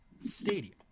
stadium